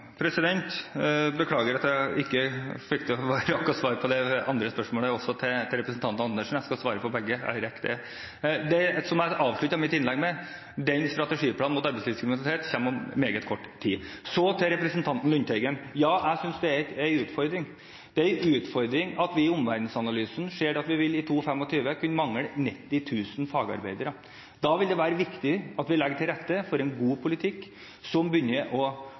Beklager at jeg ikke rakk å svare på det andre spørsmålet til representanten Andersen. Jeg skal svare på begge nå – jeg rekker det. Som jeg avsluttet mitt innlegg med: Strategiplanen mot arbeidslivskriminalitet kommer om meget kort tid. Så til representanten Lundteigen: Ja, jeg synes det er en utfordring. Det er en utfordring at vi i omverdensanalysen ser at vi i 2025 kan mangle 90 000 fagarbeidere. Derfor er det viktig at vi legger til rette for en god politikk hvor vi begynner både å